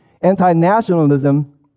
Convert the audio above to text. anti-nationalism